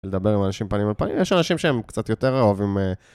לדבר עם אנשים פנים על פנים, יש אנשים שהם קצת יותר אוהבים.